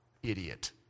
idiot